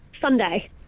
Sunday